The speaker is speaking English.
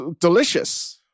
delicious